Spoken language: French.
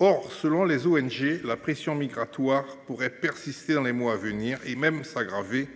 Or, selon les ONG, la pression migratoire pourrait persister dans les mois à venir, voire s’aggraver,